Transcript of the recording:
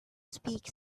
speak